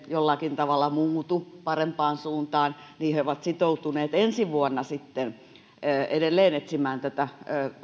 jollakin tavalla muutu parempaan suuntaan niin he ovat sitoutuneet ensi vuonna edelleen etsimään tätä